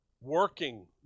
working